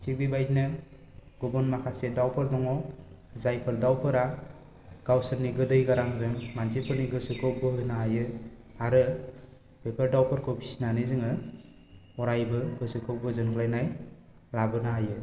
थिग बेबायदिनो गुबुन माखासे दावफोर दङ जायफोर दावफोरा गावसोरनि गोदै गारांजों मानसिफोरनि गोसोखौ बोहोनो हायो आरो बेफोर दावफोरखौ फिसिनानै जोङो अरायबो गोसोखौ गोजोनग्लायनाय लाबोनो हायो